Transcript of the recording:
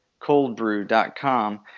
coldbrew.com